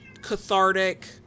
cathartic